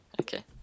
Okay